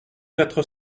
quatre